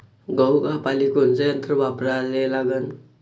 गहू कापाले कोनचं यंत्र वापराले लागन?